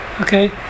okay